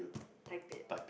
type it